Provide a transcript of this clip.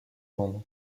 tendre